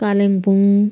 Kalimpong